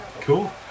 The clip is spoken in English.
Cool